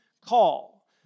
call